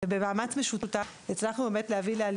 במאמץ משותף ובשיח